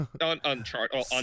uncharted